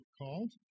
called